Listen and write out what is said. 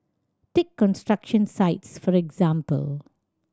take construction sites for example